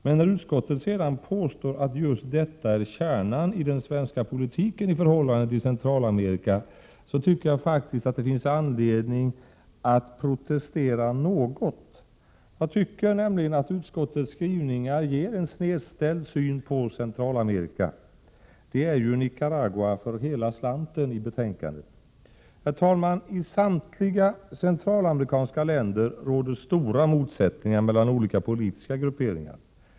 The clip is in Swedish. Men när utskottet sedan påstår att just detta är kärnan i den svenska politiken i förhållande till Centralamerika så tycker jag faktiskt att det finns anledning att protestera något. Jag anser nämligen att utskottets skrivningar ger en snedställd syn på Centralamerika. Det är ju Nicaragua för hela slanten i betänkandet. Herr talman! I samtliga centralamerikanska länder råder stora motsättningar mellan olika politiska grupperingar.